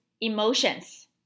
emotions